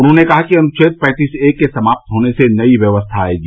उन्होंने कहा कि अनुच्छेद पैंतिस ए के समात होने से नई व्यवस्था आएगी